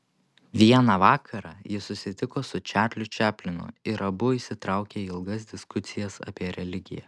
vieną vakarą jis susitiko su čarliu čaplinu ir abu įsitraukė į ilgas diskusijas apie religiją